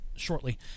shortly